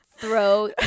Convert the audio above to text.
throw